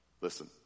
Listen